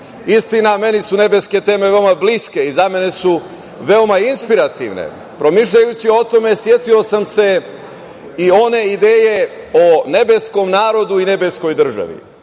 temom. Istina, meni su nebeske teme veoma bliske i za mene su veoma inspirativne. Promišljajući o tome setio sam se i one ideje o nebeskom narodu i nebeskoj državi.